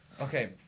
Okay